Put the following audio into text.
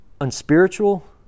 unspiritual